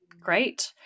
great